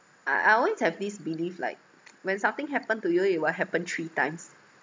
I I always have this belief like when something happen to you it will happen three times